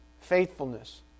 faithfulness